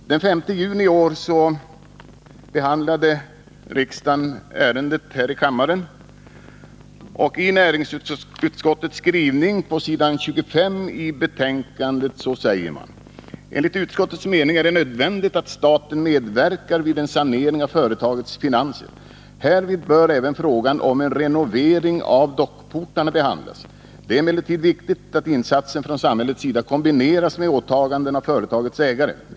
Den 5 juni i år behandlade riksdagen ärendet här i kammaren. I näringsutskottets betänkande 1979/80:69 står på s. 25: ”Enligt utskottets mening är det nödvändigt att staten medverkar vid en sanering av företagets finanser. Härvid bör även frågan om en renovering av dockportarna behandlas. Det är emellertid viktigt att insatser från samhällets sida kombineras med åtaganden från företagets ägare.